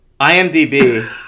IMDb